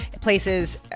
places